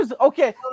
Okay